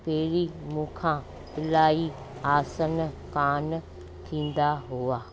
पहिरीं मूंखां इलाही आसन कान थींदा हुआ